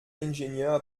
ingenieur